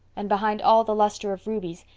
and, behind all the luster of ruby's,